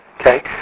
Okay